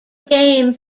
game